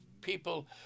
people